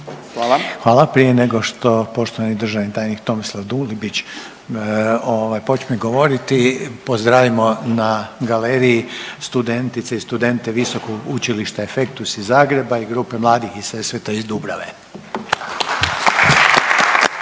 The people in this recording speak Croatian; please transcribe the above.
Hvala prije nego što poštovani državni tajnik Tomislav Dulibić ovaj počme govoriti pozdravimo na galeriji studentice i studente Visokog učilišta Effectus iz Zagreba i grupe mladih iz Sesveta i iz Dubrave.